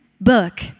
book